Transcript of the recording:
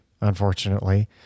unfortunately